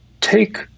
take